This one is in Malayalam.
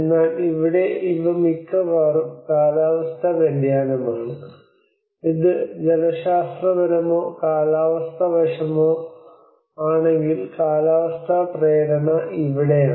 എന്നാൽ ഇവിടെ ഇവ മിക്കവാറും കാലാവസ്ഥാ വ്യതിയാനമാണ് ഇത് ജലശാസ്ത്രപരമോ കാലാവസ്ഥാ വശമോ ആണെങ്കിൽ കാലാവസ്ഥാ പ്രേരണ ഇവിടെയാണ്